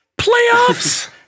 Playoffs